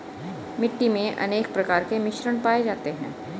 मिट्टी मे अनेक प्रकार के मिश्रण पाये जाते है